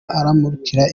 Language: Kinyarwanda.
anamurika